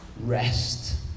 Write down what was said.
Rest